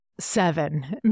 Seven